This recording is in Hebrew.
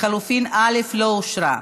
לחלופין א' לא אושרה.